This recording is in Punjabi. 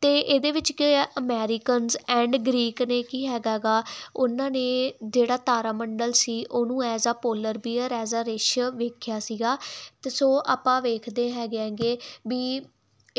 ਤੇ ਇਹਦੇ ਵਿੱਚ ਕੀ ਅਮੇਰੀਕਨਸ ਐਂਡ ਗਰੀਕ ਨੇ ਕੀ ਹੈਗਾ ਉਹਨਾਂ ਨੇ ਜਿਹੜਾ ਤਾਰਾ ਮੰਡਲ ਸੀ ਉਹਨੂੰ as a polar bear as a ਰਿਛ ਵੇਖਿਆ ਸੀਗਾ ਤੇ ਸੋ ਆਪਾਂ ਵੇਖਦੇ ਹੈਗੇ ਵੀ